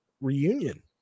reunion